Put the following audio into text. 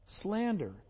slander